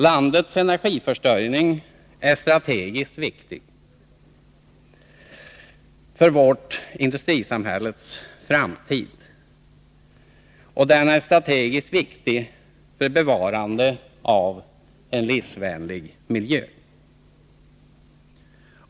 Landets energiförsörjning är strategiskt viktig för vårt industrisamhälles framtid, och den är strategiskt viktig också för bevarandet av en livsvänlig miljö.